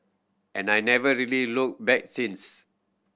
and I never really look back since